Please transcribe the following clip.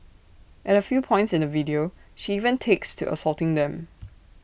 at A few points in the video she even takes to assaulting them